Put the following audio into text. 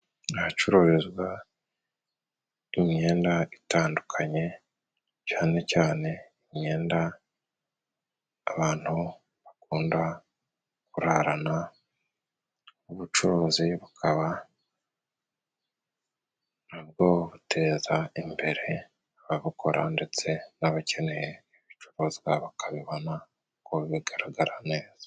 Ahacuruzwa imyenda itandukanye cane cane imyenda abantu bakunda kurarana, ubucuruzi bukaba nabwo buteza imbere ababukora, ndetse n'abakeneye ibicuruzwa bakabibona uko bigaragara neza.